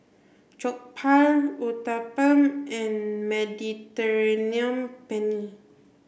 Jokbal Uthapam and Mediterranean Penne